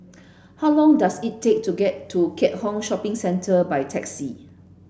how long does it take to get to Keat Hong Shopping Centre by taxi